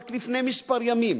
רק לפני מספר ימים